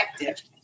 effective